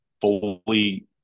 fully